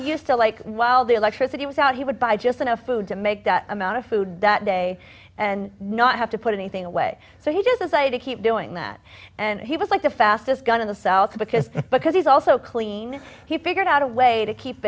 used to like while the electricity was out he would buy just enough food to make the amount of food that day and not have to put anything away so he does a site to keep doing that and he was like the fastest gun in the south because because he's also clean he figured out a way to keep